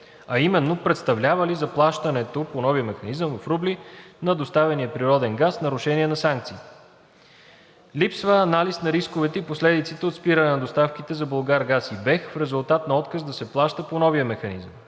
а именно представлява ли заплащането по новия механизъм в рубли на доставения природен газ нарушение на санкциите; - Липсва анализ на рисковете и последиците от спиране на доставките за „Булгаргаз“ и БЕХ в резултат на отказ да се плаща по новия механизъм.